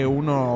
uno